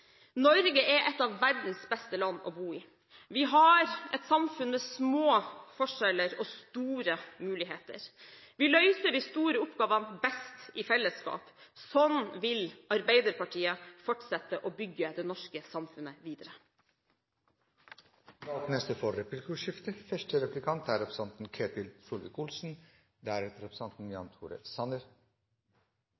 Norge er et av verdens beste land å bo i. Vi har et samfunn med små forskjeller og store muligheter. Vi løser de store oppgavene best i fellesskap. Slik vil Arbeiderpartiet fortsette å bygge det norske samfunnet videre. Det blir replikkordskifte. Jeg synes det er